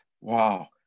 wow